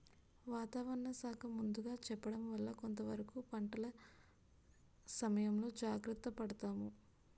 వాతావరణ శాఖ ముందుగా చెప్పడం వల్ల కొంతవరకు పంటల ఇసయంలో జాగర్త పడతాము